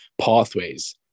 pathways